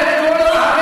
זה בסדר גמור,